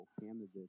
candidates